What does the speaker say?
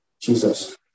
Jesus